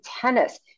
tennis